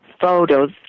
photos